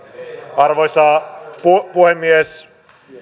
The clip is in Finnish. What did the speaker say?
arvoisa puhemies